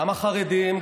גם החרדים,